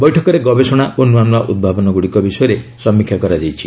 ବୈଠକରେ ଗବେଷଣା ଓ ନୂଆ ନୂଆ ଉଭାବନଗୁଡ଼ିକ ବିଷୟରେ ସମୀକ୍ଷା କରାଯାଇଛି